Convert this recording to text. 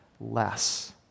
less